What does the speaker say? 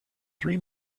three